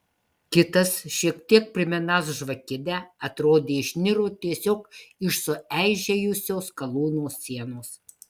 kitas šiek tiek primenąs žvakidę atrodė išniro tiesiog iš sueižėjusios skalūno sienos